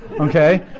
Okay